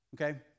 Okay